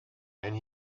and